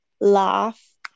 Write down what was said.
laugh